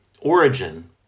origin